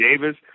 Davis